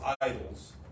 idols